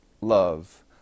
love